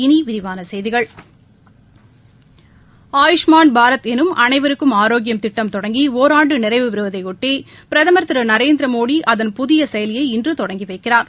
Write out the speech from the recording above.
இனி விரிவான செய்திகள் ஆயுஷ்மான் பாரத் எனும் அனைவருக்கும் ஆரோக்கியம் திட்டம் தொடங்கி ஓராண்டு நிறைவு பெறுவதையொட்டி பிரதமர் திரு நரேந்திரமோடி அதன் புதிய செயலியை இன்று தொடங்கி வைக்கிறார்